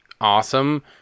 awesome